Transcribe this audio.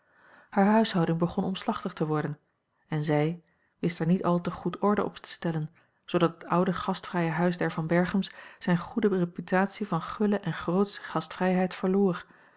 hare huishouding begon omslachtig te worden en zij wist er niet al te goed orde op te stellen zoodat het oude gastvrije huis der van berchems zijne goede reputatie van gulle en grootsche gastvrijheid verloor